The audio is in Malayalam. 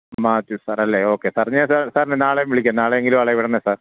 മാത്യു സാർ അല്ലേ ഓക്കേ സർ ഞാൻ സാറിനെ നാളെ വിളിക്കാം നാളെയെങ്കിലും ആളെ വിടണേ സാർ